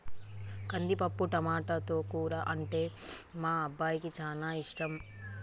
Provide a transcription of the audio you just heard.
కందిపప్పు టమాటో కూర అంటే మా అబ్బాయికి చానా ఇష్టం